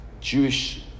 Jewish